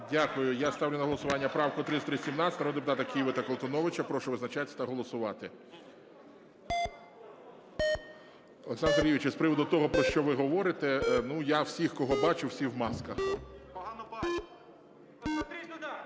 Дякую. Я ставлю на голосування правку 3317 народного депутата Киви та Колтуновича. Прошу визначатися та голосувати. Олександре Сергійовичу, з приводу того, про що ви говорите, ну я всіх, кого бачу, всі в масках. 17:20:45 За-42 Рішення